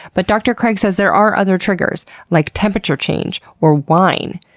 but dr. craig says there are other triggers like temperature change or wine.